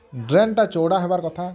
ଡ୍ରେନ୍ଟା ଚଉଡ଼ା ହବାର୍ କଥା